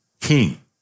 king